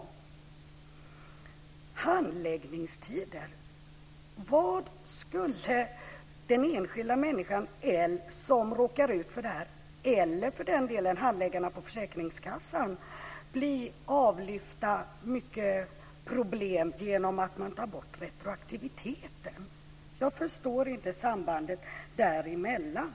Det talas om handläggningstider. Skulle den enskilda människan som råkar ut för detta, eller för den delen handläggarna på försäkringskassan, bli av med en massa problem genom att man tar bort retroaktiviteten? Jag förstår inte sambandet däremellan.